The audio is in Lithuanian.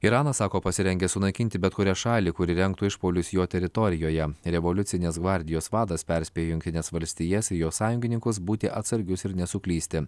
iranas sako pasirengęs sunaikinti bet kurią šalį kuri rengtų išpuolius jo teritorijoje revoliucinės gvardijos vadas perspėjo jungtines valstijas ir jo sąjungininkus būti atsargius ir nesuklysti